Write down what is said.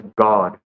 God